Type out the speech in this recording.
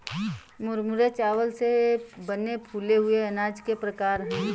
मुरमुरे चावल से बने फूले हुए अनाज के प्रकार है